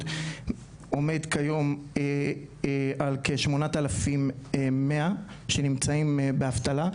עומד כיום על כ 8,100 הנמצאים באבטלה.